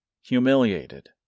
humiliated